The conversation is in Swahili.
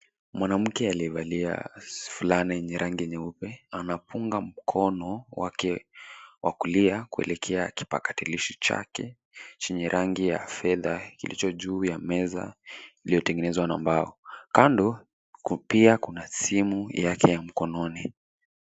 Mwanamke aliyevalia fulana yenye rangi nyeupe. Anapunga mkono wake wa kulia kuelekea kipakatalishi chake chenye rangi ya fedha kilicho juu ya meza iliyotengenezwa na mbao. Kando pia kuna simu yake ya mkononi.